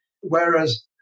whereas